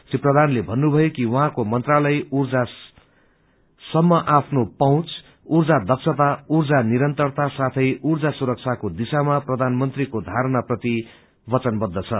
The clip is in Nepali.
श्री प्रधानले भन्नुभयो कि उहाँको मंत्रालय ऊर्जा सम्म आफ्नो पहच ऊर्जा दक्षता ऊर्जा निरन्तरता साथै ऊर्जा सुरक्षा प्रति प्रधानमंत्रीको धारणा प्रति वचनवद्ध छ